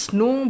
no